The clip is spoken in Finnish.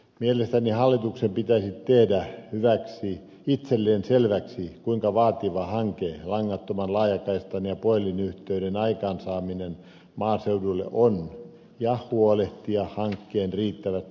mielestäni hallituksen pitäisi tehdä itselleen selväksi kuinka vaativa hanke langattoman laajakaistan ja puhelinyhteyden aikaansaaminen maaseudulle on ja huolehtia hankkeen riittävästä rahoituksesta